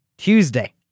Tuesday